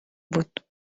بود